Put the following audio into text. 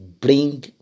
bring